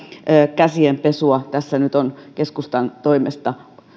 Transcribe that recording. käsienpesua tässä nyt on keskustan toimesta